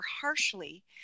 harshly